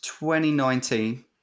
2019